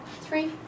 three